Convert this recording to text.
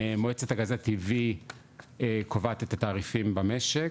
מועצת הגז הטבעי קובעת את התעריפים במשק,